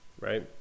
right